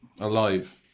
Alive